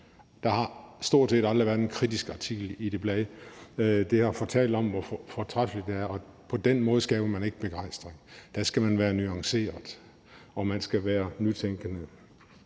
Der har stort set aldrig været en kritisk artikel i det blad. Det har fortalt om, hvor fortræffelige tingene er, og på den måde skaber man ikke begejstring. Der skal man være nuanceret, og man skal være nytænkende.